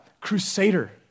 crusader